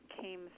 came